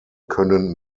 können